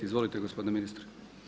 Izvolite gospodine ministre.